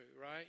right